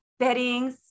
beddings